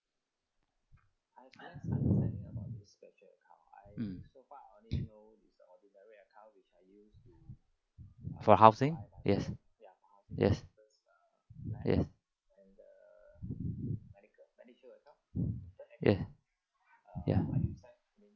mm for housing yes yes yes yes ya